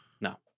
No